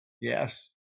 Yes